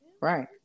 right